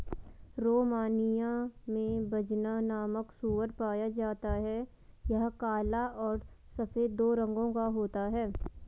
Romania में Bazna नामक सूअर पाया जाता है यह काला और सफेद दो रंगो का होता है